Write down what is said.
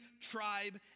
tribe